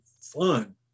fun